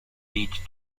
each